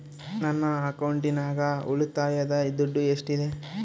ನನ್ನ ಅಕೌಂಟಿನಾಗ ಉಳಿತಾಯದ ದುಡ್ಡು ಎಷ್ಟಿದೆ?